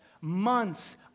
months